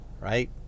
right